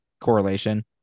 correlation